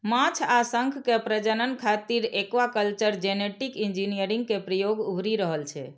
माछ आ शंख के प्रजनन खातिर एक्वाकल्चर जेनेटिक इंजीनियरिंग के प्रयोग उभरि रहल छै